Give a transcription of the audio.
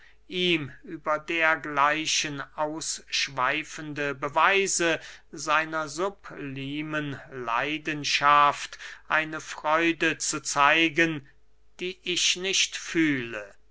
ihm über dergleichen ausschweifende beweise seiner sublimen leidenschaft eine freude zu zeigen die ich nicht fühle